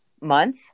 month